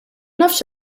nafx